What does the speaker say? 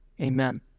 amen